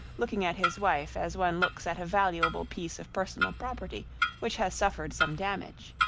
looking at his wife as one looks at a valuable piece of personal property which has suffered some damage.